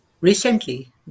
Recently